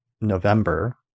November